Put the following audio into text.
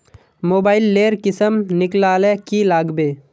Mobile लेर किसम निकलाले की लागबे?